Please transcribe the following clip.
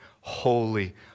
Holy